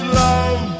love